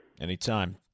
Anytime